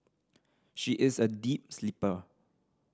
she is a deep sleeper